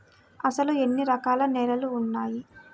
అసలు ఎన్ని రకాల నేలలు వున్నాయి?